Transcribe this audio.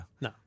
No